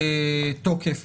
שעדיין,